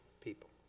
people